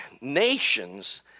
nations